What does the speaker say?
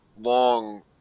long